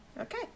Okay